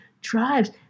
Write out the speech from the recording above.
drives